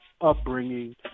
upbringing